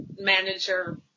manager